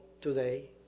today